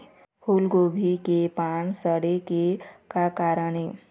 फूलगोभी के पान सड़े के का कारण ये?